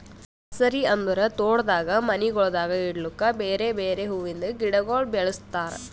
nursery ಅಂದುರ್ ತೋಟದಾಗ್ ಮನಿಗೊಳ್ದಾಗ್ ಇಡ್ಲುಕ್ ಬೇರೆ ಬೇರೆ ಹುವಿಂದ್ ಗಿಡಗೊಳ್ ಬೆಳುಸ್ತಾರ್